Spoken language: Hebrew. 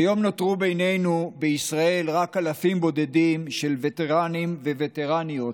כיום נותרו בינינו בישראל רק אלפים בודדים של וטרנים ווטרניות,